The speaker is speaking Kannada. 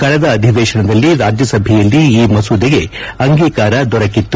ಕಳೆದ ಅಧಿವೇತನದಲ್ಲಿ ರಾಜ್ಯಸಭೆಯಲ್ಲಿ ಈ ಮಸೂದೆಗೆ ಅಂಗೀಕಾರ ದೊರಕಿತ್ತು